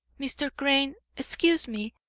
mr. crane, excuse me,